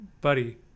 Buddy